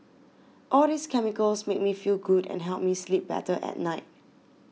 all these chemicals make me feel good and help me sleep better at night